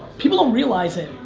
people don't realize it.